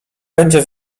będzie